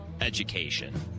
education